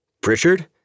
Pritchard